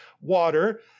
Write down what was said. water